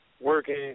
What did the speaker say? working